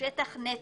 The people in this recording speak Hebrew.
לשטח נטו,